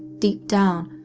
deep down,